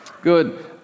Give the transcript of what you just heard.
Good